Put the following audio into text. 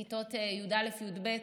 כיתות י"א-י"ב,